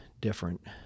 different